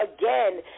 Again